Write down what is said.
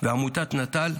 ועמותת נט"ל,